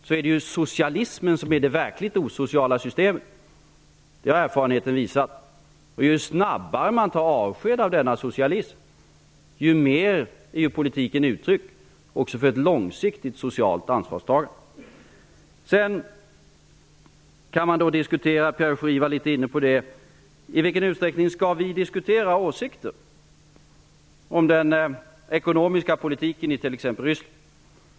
Det är socialismen som är det verkligt osociala systemet. Det har erfarenheten visat. Ju snabbare man tar avsked från denna socialism, desto mer ger politiken uttryck också för ett långsiktigt socialt ansvarstagande. Pierre Schori var inne på frågan om i vilken utsträckning vi skall diskutera den ekonomiska politiken i t.ex. Ryssland.